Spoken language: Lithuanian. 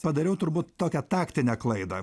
padariau turbūt tokią taktinę klaidą